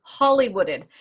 Hollywooded